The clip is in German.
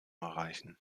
erreichen